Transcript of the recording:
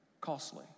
Costly